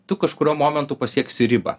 tu kažkuriuo momentu pasieksi ribą